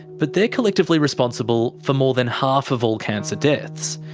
but they're collectively responsible for more than half of all cancer deaths.